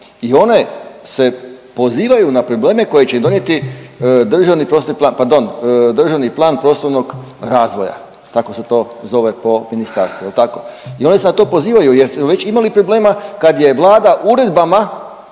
I one se pozivaju na probleme koje će im donijeti državni prostorni plan, pardon Državni plan prostornog razvoja tako se to zove po ministarstvu jel tako i oni se na to pozivaju jer su već imali problema kad je Vlada uredbama